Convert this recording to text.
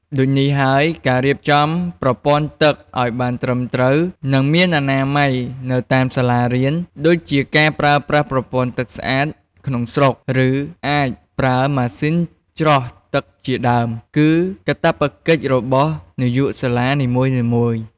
ដូចនេះហើយការរៀបចំប្រពន័្ធទឹកឲ្យបានត្រឹមត្រូវនិងមានអនាម័យនៅតាមសាលារៀន ដូចជាការប្រើប្រាស់ប្រពន្ធ័ទឺកស្អាតក្នុងស្រុក ឬអាចប្រើម៉ាសុីនច្រោះទឹកជាដើមគឺកាត្វកិច្ចរបស់នាយកសាលានីមួយៗ។